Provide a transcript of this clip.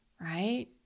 Right